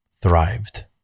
thrived